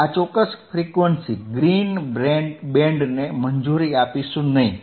આ ચોક્કસ frequency green band ને મંજૂરી આપીશું નહીં